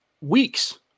Weeks